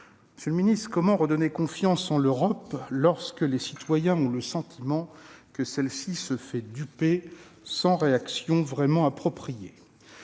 Monsieur le secrétaire d'État, comment redonner confiance en l'Europe lorsque les citoyens ont le sentiment que celle-ci se fait duper sans réaction appropriée ?